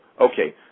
okay